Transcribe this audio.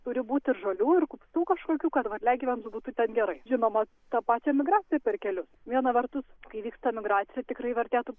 turi būti ir žolių ir kupstų kažkokių kad varliagyviams būtų ten gerai žinoma tą pačią migraciją per kelius viena vertus kai vyksta migracija tikrai vertėtų